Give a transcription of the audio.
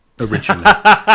originally